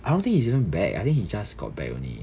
I don't think he's even back I think he just got back only